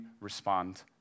respond